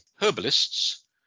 herbalists